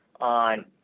on